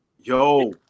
yo